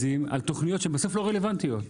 על תכניות שבסוף הן לא רלוונטיות?